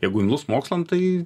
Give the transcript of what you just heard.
jeigu imlus mokslam tai